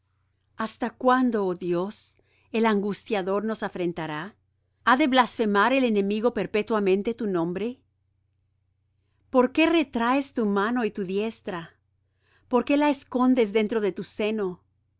hasta cuándo oh dios el angustiador nos afrentará ha de blasfemar el enemigo perpetuamente tu nombre por qué retraes tu mano y tu diestra por qué la escondes dentro de tu seno